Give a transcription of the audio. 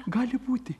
gali būti